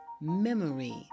Memory